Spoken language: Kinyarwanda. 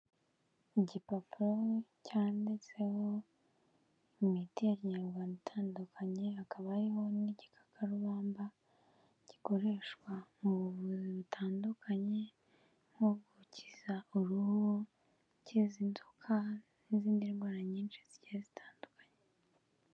Igipapuro cyanditseho imiti ya kinyarwanda itandukanye, hakaba hariho n'igikakarubamba, gikoreshwa mu buvuzi butandukanye, nko gukiza uruhu, gukiza inzoka n'izindi ndwara nyinshi zigiye zitandukanye.